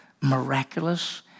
Miraculous